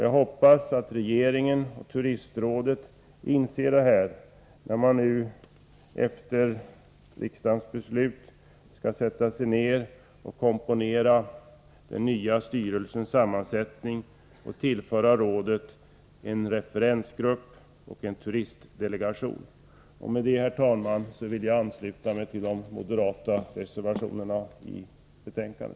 Jag hoppas att regeringen och Turistrådet inser detta, när man efter riksdagens beslut skall sätta sig ned och komponera den nya styrelsens sammansättning och tillföra rådet en referensgrupp och en turistdelegation. Herr talman! Med det sagda vill jag ansluta mig till de moderata reservationerna i detta betänkande.